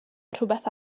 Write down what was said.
rhywbeth